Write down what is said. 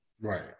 Right